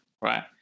right